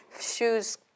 shoes